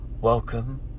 Welcome